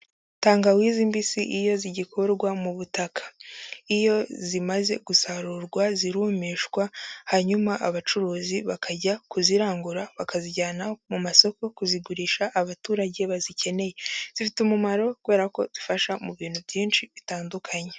Tangawizi mbisi iyo zigikorwa mu butaka. Iyo zimaze gusarurwa zirumishwa, hanyuma abacuruzi bakajya kuzirangura bakazijyana mu masoko kuzigurisha abaturage bazikeneye. Zifite umumaro kubera ko zifasha mu bintu byinshi bitandukanye.